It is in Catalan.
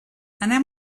anem